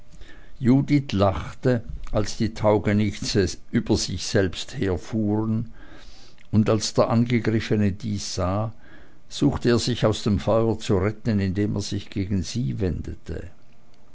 judith lachte als die taugenichtse über sich selbst herfuhren und als der angegriffene dies sah suchte er sich aus dem feuer zu retten indem er sich gegen sie wendete